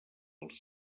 els